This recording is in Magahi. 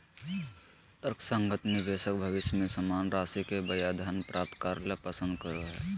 तर्कसंगत निवेशक भविष्य में समान राशि के बजाय धन प्राप्त करे ल पसंद करो हइ